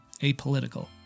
apolitical